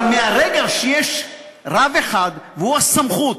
אבל מרגע שיש רב אחד, והוא הסמכות